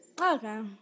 Okay